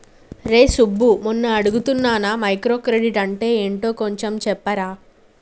రేయ్ సబ్బు మొన్న అడుగుతున్నానా మైక్రో క్రెడిట్ అంటే ఏంటో కొంచెం చెప్పరా